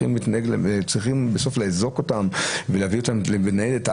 שצריך בסוף לאזוק אותם ולהביא אותם בניידת.